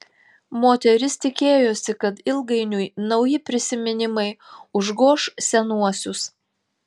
moteris tikėjosi kad ilgainiui nauji prisiminimai užgoš senuosius